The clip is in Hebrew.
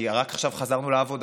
כי רק עכשיו חזרנו לעבודה,